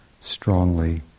strongly